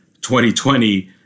2020